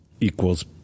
equals